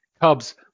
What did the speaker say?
Cubs